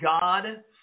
God